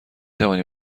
توانی